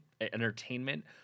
Entertainment